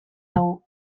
dago